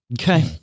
Okay